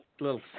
little